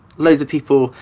loads of people.